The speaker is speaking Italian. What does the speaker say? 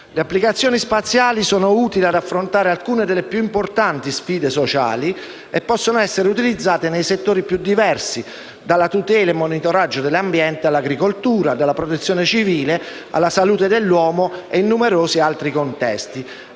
Le applicazioni spaziali sono utili ad affrontare alcune delle più importanti sfide sociali e possono essere utilizzate nei settori più diversi, dalla tutela e monitoraggio dell'ambiente, all'agricoltura, dalla protezione civile alla salute dell'uomo e in numerosi altri contesti.